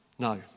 No